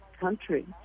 country